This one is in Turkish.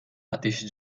ateşi